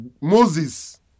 Moses